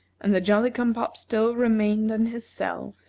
and the jolly-cum-pop still remained in his cell,